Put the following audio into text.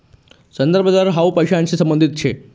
संदर्भ दर हाउ पैसांशी संबंधित शे